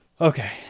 Okay